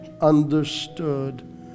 understood